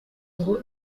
ngo